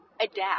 adapt